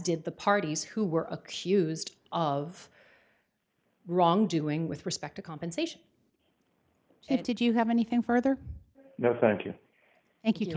did the parties who were accused of wrongdoing with respect to compensation and did you have anything further no thank you thank you c